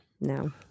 no